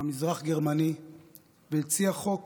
המזרח גרמני והציע חוק